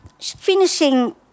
finishing